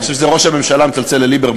אני חושב שזה ראש הממשלה מצלצל לליברמן,